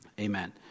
Amen